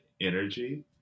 energy